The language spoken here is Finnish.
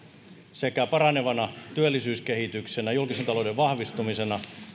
sekä paraneva työllisyyskehitys julkisen talouden vahvistuminen